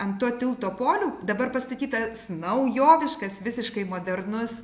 ant to tilto polių dabar pastatytas naujoviškas visiškai modernus